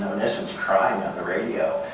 essence crying on the radio.